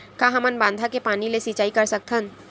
का हमन बांधा के पानी ले सिंचाई कर सकथन?